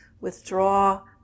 withdraw